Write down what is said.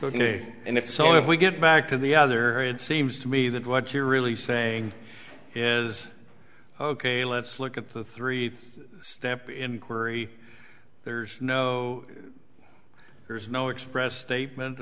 day and if so if we get back to the other it seems to me that what you're really saying is ok let's look at the three step inquiry there's no there's no express statement